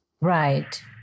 Right